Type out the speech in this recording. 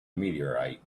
meteorite